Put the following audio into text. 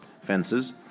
fences